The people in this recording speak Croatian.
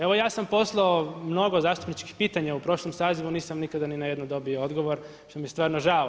Evo ja sam poslao mnogo zastupničkih pitanja u prošlom sazivu nisam nikada ni na jedno dobio odgovor što mi je stvarno žao.